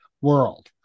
world